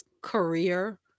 career